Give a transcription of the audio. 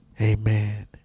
Amen